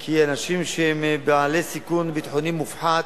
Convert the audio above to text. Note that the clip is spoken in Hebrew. כי אנשים שהם בעלי סיכון ביטחוני מופחת,